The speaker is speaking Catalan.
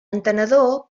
entenedor